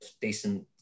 decent